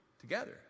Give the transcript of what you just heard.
together